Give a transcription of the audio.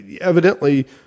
evidently